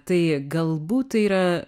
tai galbūt tai yra